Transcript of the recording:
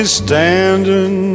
standing